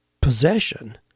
possession